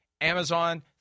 Amazon